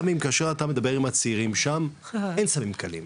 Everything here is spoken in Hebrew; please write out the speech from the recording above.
כשאתה מדבר עם הצעירים שם אין סמים קלים נכון?